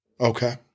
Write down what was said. Okay